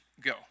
Go